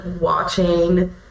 watching